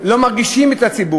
הציבור, לא מרגישים את הציבור.